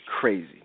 crazy